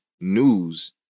news